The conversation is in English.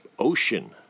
Ocean